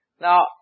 Now